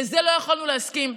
לזה לא יכולנו להסכים,